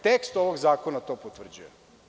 Tekst ovog zakona to potvrđuje.